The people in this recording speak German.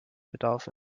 bedarf